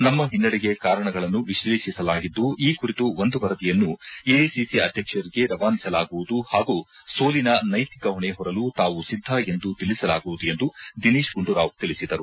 ನಮ್ಮ ಪಿನ್ನಡೆಗೆ ಕಾರಣಗಳನ್ನು ವಿಶ್ಲೇಷಿಸಲಾಗಿದ್ದು ಈ ಕುರಿತು ಒಂದು ವರದಿಯನ್ನು ಎಐಸಿಸಿ ಅಧ್ಯಕ್ಷರಿಗೆ ರವಾನಿಸಲಾಗುವುದು ಪಾಗೂ ಸೋಲಿನ ನೈತಿಕ ಹೊಣೆ ಹೊರಲು ತಾವು ಸಿದ್ಧ ಎಂದು ತಿಳಿಸಲಾಗುವುದು ಎಂದು ದಿನೇಶ್ ಗುಂಡೂರಾವ್ ತಿಳಿಸಿದರು